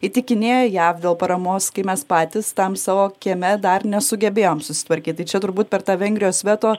įtikinėja jav dėl paramos kai mes patys tam savo kieme dar nesugebėjom susitvarkyt tai čia turbūt per tą vengrijos veto